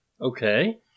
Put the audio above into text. Okay